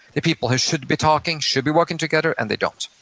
the people who should be talking, should be working together, and they don't.